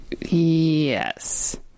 Yes